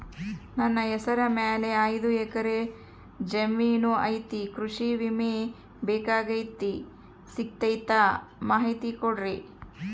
ನನ್ನ ಹೆಸರ ಮ್ಯಾಲೆ ಐದು ಎಕರೆ ಜಮೇನು ಐತಿ ಕೃಷಿ ವಿಮೆ ಬೇಕಾಗೈತಿ ಸಿಗ್ತೈತಾ ಮಾಹಿತಿ ಕೊಡ್ರಿ?